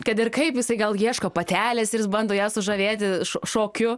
kad ir kaip jisai gal ieško patelės ir jis bando ją sužavėti šo šokiu